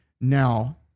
Now